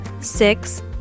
six